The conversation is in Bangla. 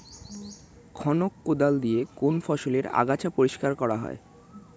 খনক কোদাল দিয়ে কোন ফসলের আগাছা পরিষ্কার করা হয়?